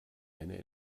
eine